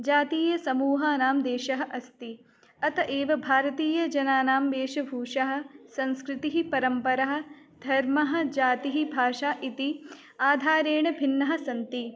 जातीयसमूहानां देशः अस्ति अत एव भारतीयजनानां वेषभूषः संस्कृतिः परम्परः धर्मः जातिः भाषा इति आधारेण भिन्नः सन्ति